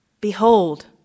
Behold